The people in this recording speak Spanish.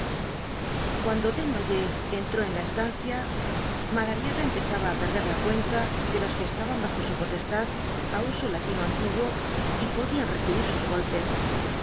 cuando desnoyers entró en la estancia madariaga empezaba á perder la cuenta de los que estaban bajo su potestad á uso latino antiguo y podían recibir sus goll